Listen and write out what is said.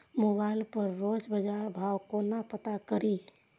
Mobile पर रोज बजार भाव कोना पता करि?